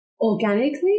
organically